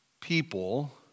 people